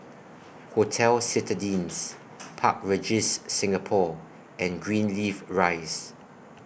Hotel Citadines Park Regis Singapore and Greenleaf Rise